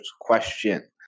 question